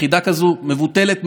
ולאזרחיה וביקורת קשה על ממשלתה.